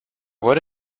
what